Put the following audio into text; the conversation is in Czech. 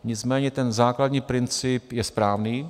Nicméně ten základní princip je správný.